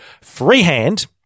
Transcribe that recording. Freehand